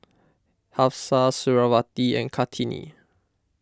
Hafsa Suriawati and Kartini